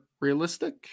realistic